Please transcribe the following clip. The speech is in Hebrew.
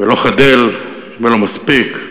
ולא חדל ולא מפסיק.